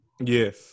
Yes